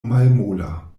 malmola